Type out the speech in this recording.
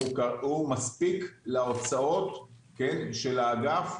הוא מספיק להוצאות של האגף.